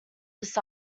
this